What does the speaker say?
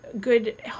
good